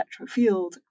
electrofield